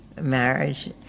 marriage